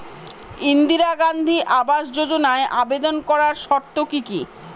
ইন্দিরা গান্ধী আবাস যোজনায় আবেদন করার শর্ত কি কি?